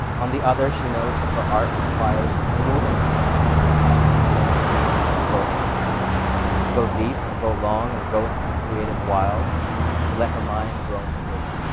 on the other, she knows that her art requires removing herself from feedback for a time to go deep and go long and go into the creative wilds to let her mind roam free.